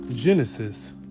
Genesis